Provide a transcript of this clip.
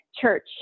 church